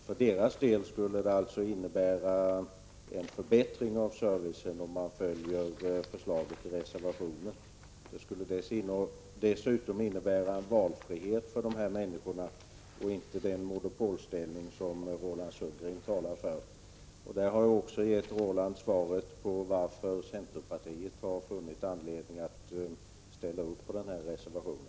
För deras del skulle det alltså innebära en förbättring av servicen om riksdagen följde förslaget i reservationen. Det skulle dessutom innebära en ökad valfrihet för de här människorna i stället för den monopolställning som Roland Sundgren talar för. Därmed har jag också gett Roland Sundgren svar på varför centerpartiet har funnit anledning att ställa upp för reservationen.